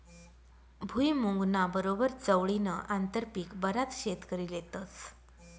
भुईमुंगना बरोबर चवळीनं आंतरपीक बराच शेतकरी लेतस